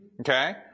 Okay